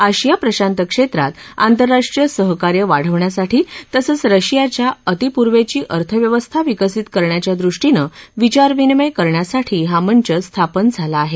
आशिया प्रशांत क्षेत्रात आंतरराष्ट्रीय सहकार्य वाढवण्यासाठी तसंच रशियाच्या अतीपूर्वेची अर्थव्यवस्था विकसित करण्याच्या दृष्टीनं विचारविनिमय करण्यासाठी हा मंच स्थापन झाला आहे